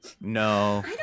No